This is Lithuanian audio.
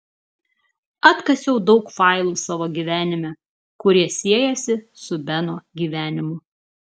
atkasiau daug failų savo gyvenime kurie siejasi su beno gyvenimu